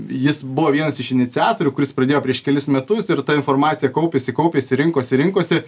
jis buvo vienas iš iniciatorių kuris pradėjo prieš kelis metus ir ta informacija kaupėsi kaupėsi rinkosi rinkosi